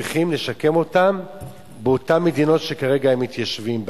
צריכים לשקם אותם באותן מדינות שכרגע הם מתיישבים בהן.